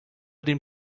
dem